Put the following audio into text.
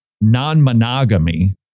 non-monogamy